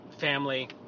family